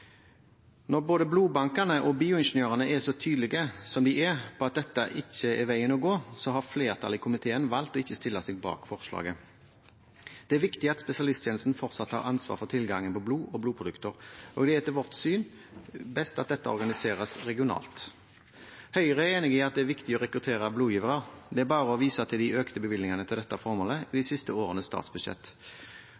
Når både blodbankene og bioingeniørene er så tydelige som de er på at dette ikke er veien å gå, har flertallet i komiteen valgt ikke å stille seg bak forslaget. Det er viktig at spesialisthelsetjenesten fortsatt har ansvar for tilgangen på blod og blodprodukter, og det er etter vårt syn best at dette organiseres regionalt. Høyre er enig i at det er viktig å rekruttere blodgivere. Det er bare å vise til de økte bevilgningene til dette formålet i de